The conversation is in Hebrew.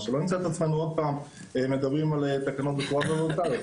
שלא נמצא את עצמנו עוד פעם מדברים על תקנות בצורה וולונטרית.